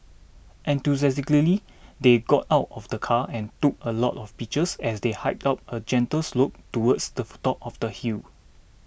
enthusiastically they got out of the car and took a lot of pictures as they hiked up a gentle slope towards the for top of the hill